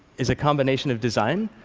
is a combination of design,